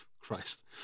Christ